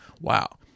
Wow